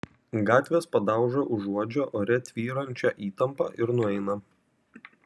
gatvės padauža užuodžia ore tvyrančią įtampą ir nueina